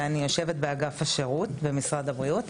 ויושבת באגף השירות במשרד הבריאות.